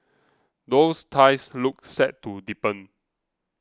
those ties look set to deepen